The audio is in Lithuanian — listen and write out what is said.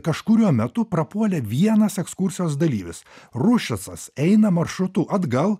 kažkuriuo metu prapuolė vienas ekskursijos dalyvis ruščicas eina maršrutu atgal